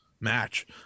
match